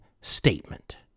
statement